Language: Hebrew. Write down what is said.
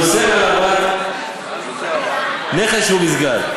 והוא אוסר העברת נכס שהוא מסגד.